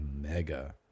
mega